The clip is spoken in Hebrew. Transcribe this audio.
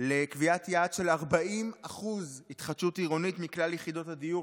לקביעת יעד של 40% התחדשות עירונית מכלל יחידות הדיור